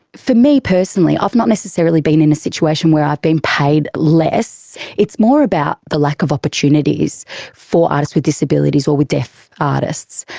for me personally, i've not necessarily been in a situation where i've been paid less it's more about the lack of opportunities for artists with disabilities or with d deaf artists.